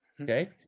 okay